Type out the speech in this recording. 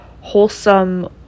wholesome